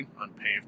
unpaved